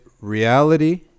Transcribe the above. reality